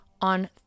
On